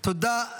תודה.